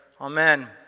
amen